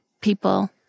people